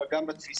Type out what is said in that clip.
אבל גם בתפיסה.